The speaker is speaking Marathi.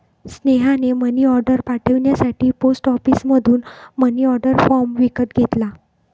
स्नेहाने मनीऑर्डर पाठवण्यासाठी पोस्ट ऑफिसमधून मनीऑर्डर फॉर्म विकत घेतला